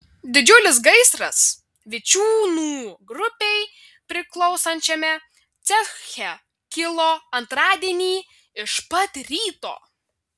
didžiulis gaisras vičiūnų grupei priklausančiame ceche kilo antradienį iš pat ryto